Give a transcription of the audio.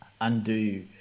undo